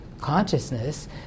consciousness